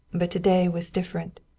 but to-day was different.